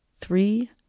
three